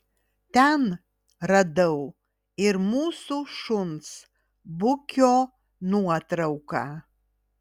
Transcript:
ten radau ir mūsų šuns bukio nuotrauką